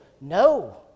No